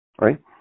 Right